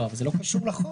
לא, אבל זה לא קשור לחוק.